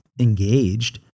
engaged